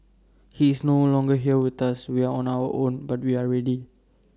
he is no longer here with us we are on our own but we are ready